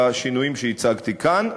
בשינויים שהצגתי כאן,